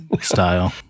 style